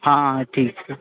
हाँ हाँ ठीक है